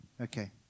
Okay